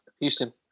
Houston